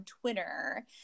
Twitter